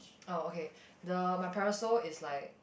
orh okay the my parasol is like